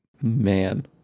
Man